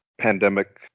pandemic